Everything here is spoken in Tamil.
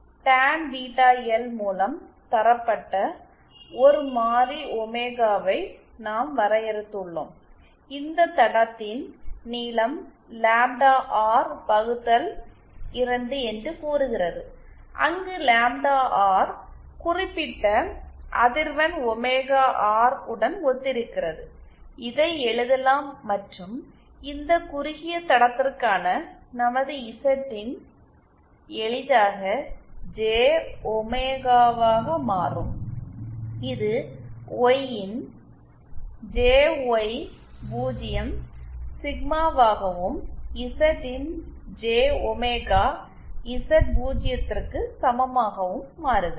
டான் பீட்டா எல் மூலம் தரப்பட்ட ஒரு மாறி ஒமேகாவை நாம் வரையறுத்துள்ளோம் இந்த தடத்தின் நீளம் லாம்டா ஆர் வகுத்தல் 2 என்று கூறுகிறது அங்கு லாம்டா ஆர் குறிப்பிட்ட அதிர்வெண் ஒமேகா ஆர் உடன் ஒத்திருக்கிறது இதை எழுதலாம் மற்றும் இந்த குறுகிய தடத்திற்கான நமது இசட்இன் எளிதாக ஜே ஒமேகாவாக மாறும் இது ஒய்இன் ஜேஒய்0 சிக்மாவாகவும் இசட்இன் j ஒமேகா இசட்0 க்கு சமமாகவும் மாறுகிறது